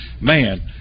Man